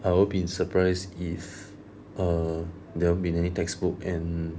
I won't be surprised if err there won't be any textbook and